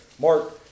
Mark